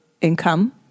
income